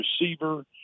receiver